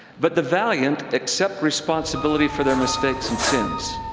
but the valiant accept responsibility for their mistakes and sins.